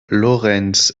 lorentz